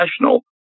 National